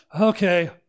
Okay